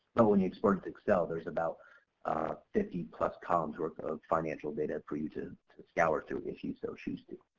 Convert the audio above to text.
but when you export it to excel there's about fifty plus columns worth of financial data for you to to scour through if you so choose to.